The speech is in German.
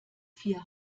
vier